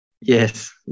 Yes